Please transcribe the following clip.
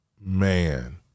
man